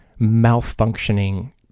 malfunctioning